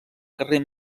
carrer